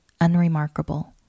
unremarkable